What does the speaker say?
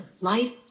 life